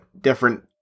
different